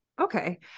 Okay